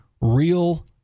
real